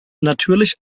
natürlich